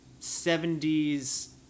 70s